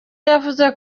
yavuze